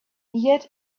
yet